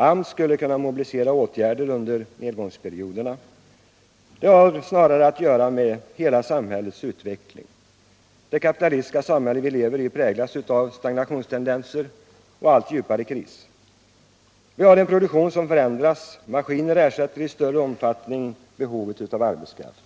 AMS skulle kunna mobilisera åtgärder under nedgångsperioderna. Men arbetslösheten har snarare att göra med hela samhällets utveckling. Det kapitalistiska samhälle vi lever i präglas av stagnationstendenser och allt djupare kris. Vi har en produktion som förändras. Maskiner minskar i allt större omfattning behovet av arbetskraft.